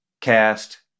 cast